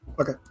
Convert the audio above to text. Okay